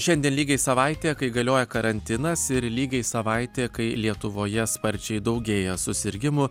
šiandien lygiai savaitė kai galioja karantinas ir lygiai savaitė kai lietuvoje sparčiai daugėja susirgimų